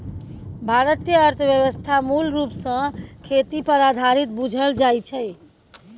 भारतीय अर्थव्यवस्था मूल रूप सँ खेती पर आधारित बुझल जाइ छै